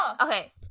Okay